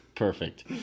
Perfect